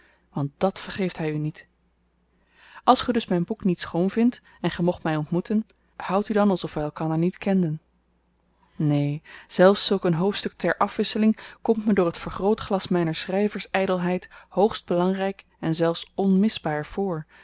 want dàt vergeeft hy u niet als ge dus myn boek niet schoon vindt en ge mocht my ontmoeten houd u dan alsof wy elkander niet kenden neen zelfs zulk een hoofdstuk ter afwisseling komt me door het vergrootglas myner schryvers ydelheid hoogst belangryk en zelfs onmisbaar voor